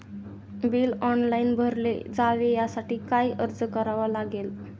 Bill online भरले जावे यासाठी काय अर्ज करावा लागेल?